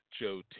Joe